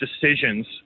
decisions